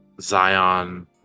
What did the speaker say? Zion